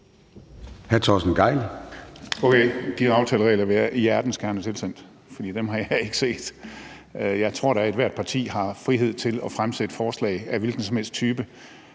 Hr. Torsten Gejl.